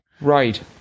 Right